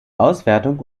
auswertung